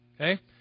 Okay